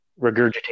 regurgitate